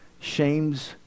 shames